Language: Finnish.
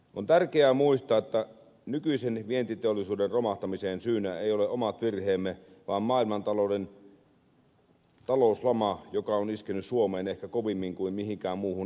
on tärkeää muistaa että nykyisen vientiteollisuuden romahtamisen syynä eivät ole omat virheemme vaan maailmantalouden talouslama joka on iskenyt suomeen ehkä kovemmin kuin mihinkään muuhun euroopan unionin maahan